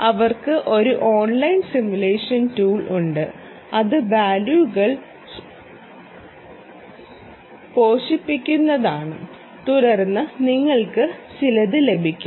അവർക്ക് ഒരു online simulation tool ഉണ്ട് അത് വാല്യുകൾ പോഷിപ്പിക്കുന്നതാണ് തുടർന്ന് നിങ്ങൾക്ക് ചിലത് ലഭിക്കും